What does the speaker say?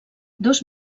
dos